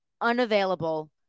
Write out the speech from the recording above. unavailable